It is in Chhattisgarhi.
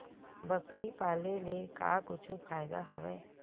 बकरी पाले ले का कुछु फ़ायदा हवय?